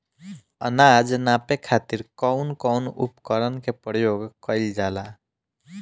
अनाज नापे खातीर कउन कउन उपकरण के प्रयोग कइल जाला?